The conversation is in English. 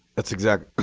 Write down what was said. that's exact